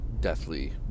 deathly